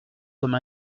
comme